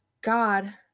God